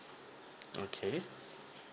okay